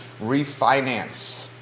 refinance